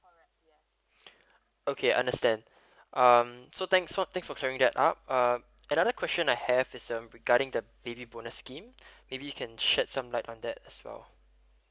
okay I understand um so thanks for thanks for sharing that up uh another question I have is a regarding the baby bonus scheme maybe you can shared some like on that as well